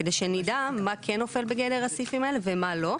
כדי שנדע מה כן נופל בגדר הסעיפים האלה ומה לא.